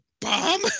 bomb